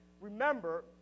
remember